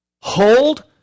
Hold